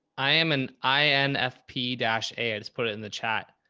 i am an i n f p dash a. i just put it in the chat.